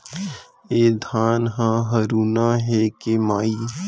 ए धान ह हरूना हे के माई?